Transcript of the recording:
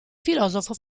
filosofo